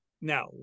Now